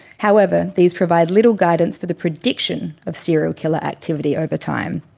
however, these provide little guidance for the prediction of serial killer activity over time.